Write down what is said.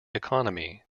economy